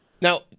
Now